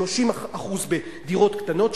30% בדירות קטנות,